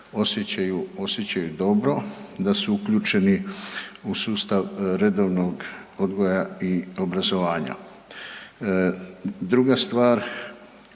osjećaju dobro, da su uključeni u sustav redovnog odgoja i obrazovanja. Druga stvar,